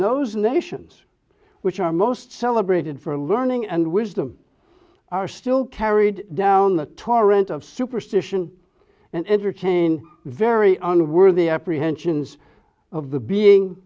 those nations which are most celebrated for learning and wisdom are still carried down the torrent of superstition and entertain very unworthy apprehensions of the being